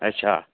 अच्छा